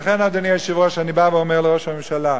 ולכן, אדוני היושב-ראש, אני בא ואומר לראש הממשלה: